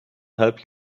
help